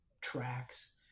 tracks